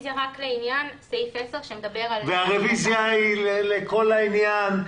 הרביזיה היא רק לעניין סעיף 10. הרביזיה היא לכל העניין.